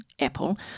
Apple